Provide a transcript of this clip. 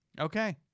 Okay